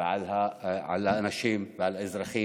ועל האנשים ועל האזרחים,